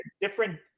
different